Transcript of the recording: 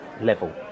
level